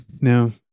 No